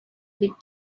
big